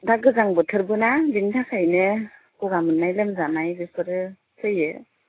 दा गोजां बोथोरबोना बिनि थाखायनो ग'गा मोन्नाय लोमजानाय बेफोरो फैयो